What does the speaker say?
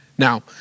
Now